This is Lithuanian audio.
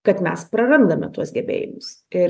kad mes prarandame tuos gebėjimus ir